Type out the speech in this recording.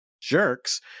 jerks